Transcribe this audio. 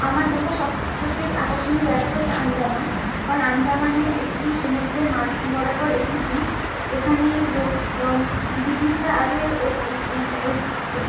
আমার দেখা সব থেকে আকর্ষণীয় জায়গা হচ্ছে আন্দামান কারণ আন্দামানে একটি সমুদ্রের মাঝ খ বরাবর একটি বীচ যেখানে ব্রিটিশরা আগে